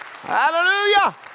Hallelujah